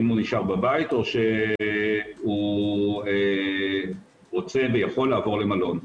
אם הוא נשאר בבית או שהוא רוצה ויכול לעבור למלון.